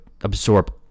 absorb